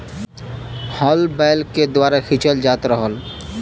हल बैल के द्वारा खिंचल जात रहल